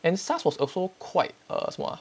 and SARS was also quite a 什么 ah